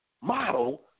model